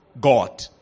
God